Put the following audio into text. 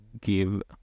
give